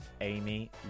Amy